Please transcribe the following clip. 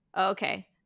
okay